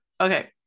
okay